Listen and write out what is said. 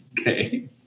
Okay